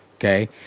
Okay